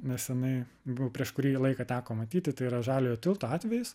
nesenai buvo prieš kurį laiką teko matyti tai yra žaliojo tilto atvejis